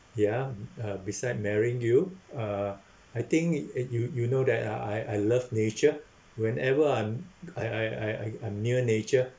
ya uh beside marrying you uh I think it uh you you know that I I I love nature whenever I'm I I I I'm near nature